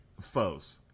foes